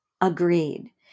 Agreed